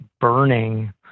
burning